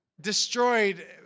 destroyed